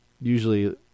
usually